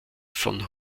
von